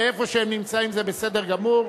ואיפה שהם נמצאים זה בסדר גמור,